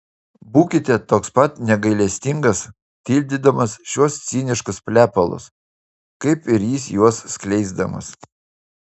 būkite toks pat negailestingas tildydamas šiuos ciniškus plepalus kaip ir jis juos skleisdamas